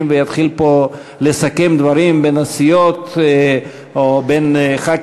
ויתחיל פה לסכם דברים בין הסיעות או בין חברי